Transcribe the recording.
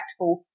impactful